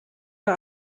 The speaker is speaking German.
der